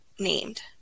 named